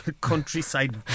countryside